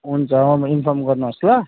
हुन्छ अब इन्फर्म गर्नुहोस् ल